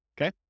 okay